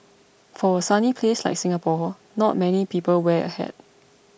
for a sunny place like Singapore not many people wear a hat